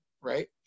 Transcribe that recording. right